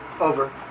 over